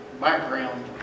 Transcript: background